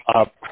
up